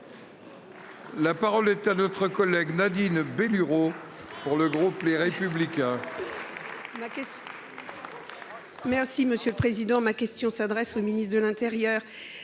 La parole est à notre collègue Nadine Bénureau pour le groupe Les Républicains.